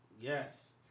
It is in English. Yes